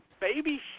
Baby